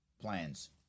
plans